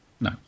No